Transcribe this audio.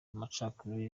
amacakubiri